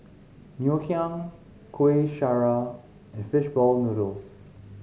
Ngoh Hiang Kuih Syara and fish ball noodles